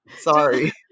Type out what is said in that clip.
Sorry